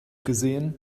gesehen